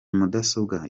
mudasobwa